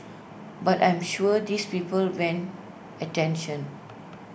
but I'm sure these people went attention